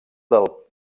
del